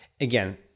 again